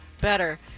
Better